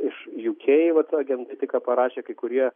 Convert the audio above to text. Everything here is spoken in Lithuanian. iš uk vat agentai tik ką parašė kai kurie